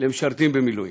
למשרתים במילואים.